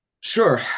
Sure